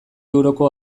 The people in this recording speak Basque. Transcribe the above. euroko